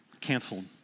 canceled